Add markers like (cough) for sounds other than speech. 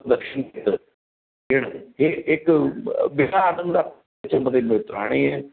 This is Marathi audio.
(unintelligible) घेणं हे एक ब बेगळा आनंद त्याच्यामध्ये मिळतो आणि